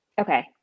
Okay